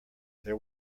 there